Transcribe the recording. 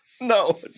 No